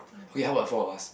okay how about four of us